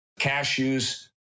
cashews